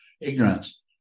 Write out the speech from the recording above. ignorance